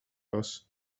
was